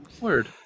Word